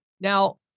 Now